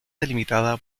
delimitada